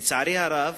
לצערי הרב,